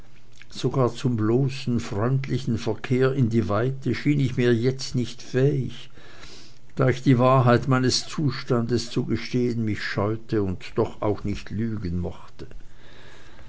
sogar zum bloßen freundlichen verkehr in die weite schien ich mir jetzt nicht fähig da ich die wahrheit meines zustandes zu gestehen mich scheute und doch auch nicht lügen mochte